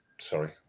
sorry